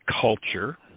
culture